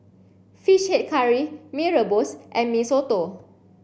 fish head curry Mee Rebus and Mee Soto